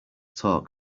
talk